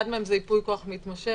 אחד מהם זה ייפוי כוח מתמשך,